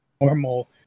normal